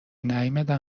نیومدن